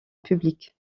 public